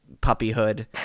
puppyhood